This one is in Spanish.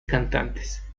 cantantes